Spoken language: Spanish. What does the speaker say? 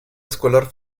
escolar